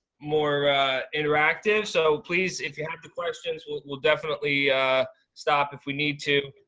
more interactive so please if you have the questions, we'll we'll definitely stop if we need to.